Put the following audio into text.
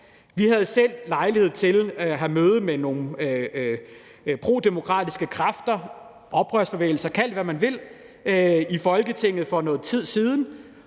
Vi havde selv lejlighed til at have møde med nogle prodemokratiske kræfter, oprørsbevægelser, kald det, hvad man vil, i Folketinget for noget tid siden,